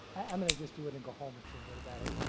i am going to just do it and go home and feel good about it.